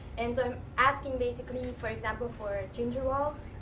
and so i'm asking, basically, for example, for gingerwald,